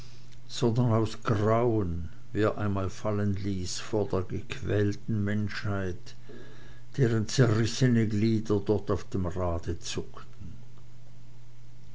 sondern aus grauen wie er einmal fallenließ vor der gequälten menschheit deren zerrissene glieder dort auf dem rade zuckten